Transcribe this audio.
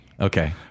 Okay